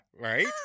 right